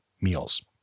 meals